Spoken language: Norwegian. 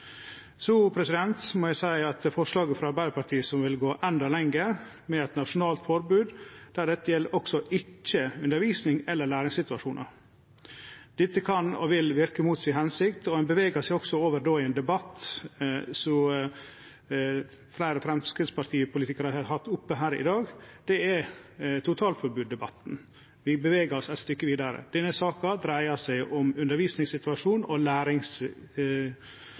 Forslaget frå Arbeidarpartiet går endå lenger og inneber eit nasjonalt forbod som skal gjelde også i situasjonar som ikkje dreier seg om undervisning og læring. Dette kan og vil verke mot si hensikt, og ein bevegar seg då over i ein debatt som fleire politikarer frå Framstegspartiet har reist her i dag: totalforbod-debatten. Vi bevegar oss då eit stykke vidare. Denne saka dreier seg om undervisningssituasjonar og